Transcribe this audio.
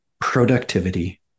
productivity